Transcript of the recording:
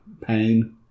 pain